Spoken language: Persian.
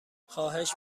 خواهش